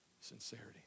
Sincerity